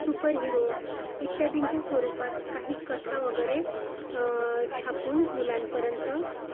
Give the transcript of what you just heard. super hero इत्यादींच्या स्वरूपात काही कथा वगैरे छापून मुलांपर्यंत